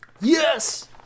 Yes